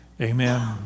amen